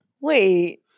Wait